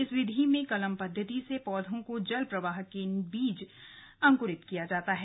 इस विधि में कलम पद्वति से पौधों को जल प्रवाह के बीच अंक्रित किया जाता है